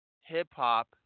hip-hop